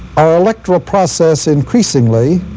our electoral process, increasingly,